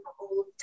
old